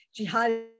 jihadi